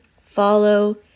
follow